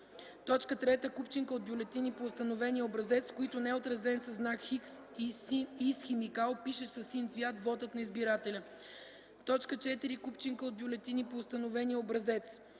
знаци; 3. купчинка от бюлетини по установения образец, в които не е отразен със знак „ Х” и с химикал, пишещ със син цвят, вотът на избирателя; 4. купчинка от бюлетини по установения образец: